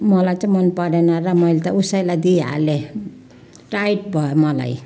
मलाई चाहिँ मनपरेन र मैले त उसैलाई दिइहालेँ टाइट भयो मलाई